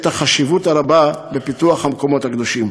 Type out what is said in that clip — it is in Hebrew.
החשיבות הרבה בפיתוח המקומות הקדושים,